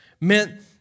meant